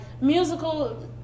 musical